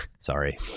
sorry